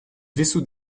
vaisseaux